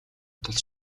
тул